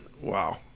Wow